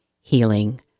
healing